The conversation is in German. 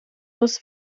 muss